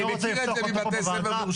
אני לא רוצה לפתוח אותו פה בוועדה,